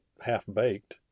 half-baked